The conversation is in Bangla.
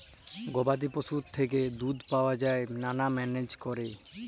গবাদি পশুর থ্যাইকে দুহুদ পাউয়া যায় ম্যালা ম্যালেজ ক্যইরে